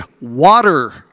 water